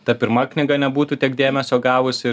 ta pirma knyga nebūtų tiek dėmesio gavusi